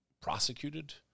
prosecuted